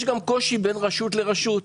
יש גם קושי בין רשות לרשות.